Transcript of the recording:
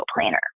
Planner